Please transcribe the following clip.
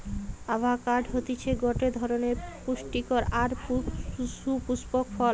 avocado হতিছে গটে ধরণের পুস্টিকর আর সুপুস্পক ফল